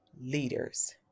leaders